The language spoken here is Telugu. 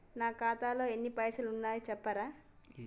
నా ఖాతాలో ఎన్ని పైసలు ఉన్నాయి చెప్తరా?